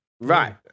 right